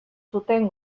zuten